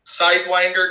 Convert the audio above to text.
sidewinder